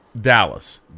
Dallas